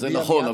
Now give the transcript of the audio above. זה נכון,